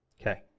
Okay